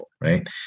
Right